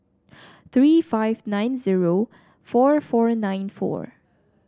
three five nine zero four four nine four